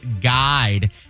guide